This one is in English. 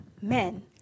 men